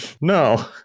No